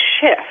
shift